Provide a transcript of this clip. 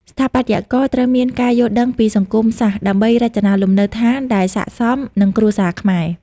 ស្ថាបត្យករត្រូវមានការយល់ដឹងពីសង្គមសាស្ត្រ ដើម្បីរចនាលំនៅដ្ឋានដែលស័ក្តិសមនឹងគ្រួសារខ្មែរ។